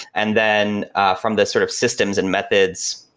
and then from this sort of systems and methods,